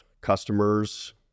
customers